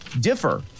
differ